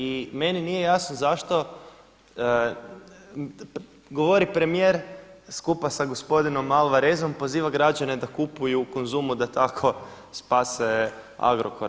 I meni nije jasno zašto govori premijer skupa sa gospodinom Alvarezom, poziva građane da kupuju u Konzumu da tako spase Agrokor.